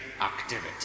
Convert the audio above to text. activity